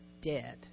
dead